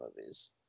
movies